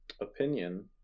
opinion